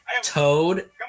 Toad